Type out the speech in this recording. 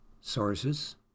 sources